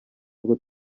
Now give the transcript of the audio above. ngo